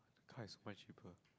Kaist is much cheaper